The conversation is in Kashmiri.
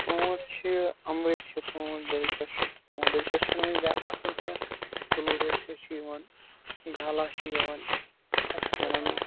ژوٗنٛٹھۍ چھِ اَںٛمبٕرۍ چھِ ژوٗنٛٹھۍ ڈیٚلشیس چھِ ژوٗنٛٹھۍ ڈیٚلشیس چھِ نہٕ وۅنۍ زیادٕ اَصٕل کیٚنٛہہ کُلو ڈیٚلشیس چھِ یِوان گالا چھِ یِوان کیٛاہ چھِ اَتھ وَنان